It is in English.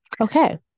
okay